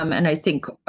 um and i think, ah,